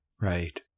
Right